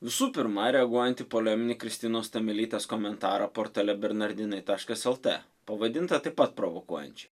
visų pirma reaguojant į poleminį kristinos tamelytės komentarą portale bernardinai taškas el t pavadintą taip pat provokuojančiai